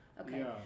Okay